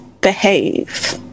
behave